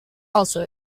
also